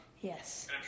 Yes